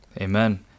Amen